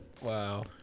Wow